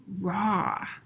raw